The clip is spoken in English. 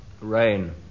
Rain